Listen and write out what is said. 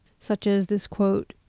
such as this quote,